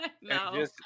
No